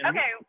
Okay